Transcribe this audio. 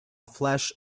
flash